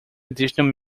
additional